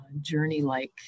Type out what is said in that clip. journey-like